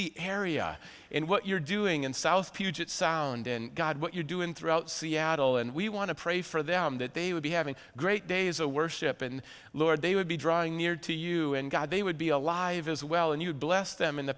the area and what you're doing in south puget sound and god what you're doing throughout seattle and we want to pray for them that they would be having great days of worship and lord they would be drawing near to you and god they would be alive as well and you blessed them in the